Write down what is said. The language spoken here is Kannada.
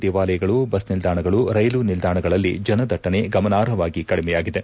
ದೇವಾಲಯಗಳು ಬಸ್ ನಿಲ್ದಾಣಗಳು ರೈಲು ನಿಲ್ದಾಣಗಳಲ್ಲಿ ಜನದಟ್ಟಣೆ ಗಮನಾರ್ಹವಾಗಿ ಕಡಿಮೆಯಾಗಿವೆ